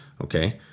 Okay